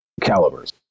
calibers